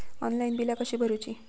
Online बिला कशी भरूची?